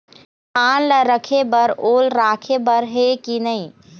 धान ला रखे बर ओल राखे बर हे कि नई?